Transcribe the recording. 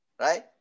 Right